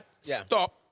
stop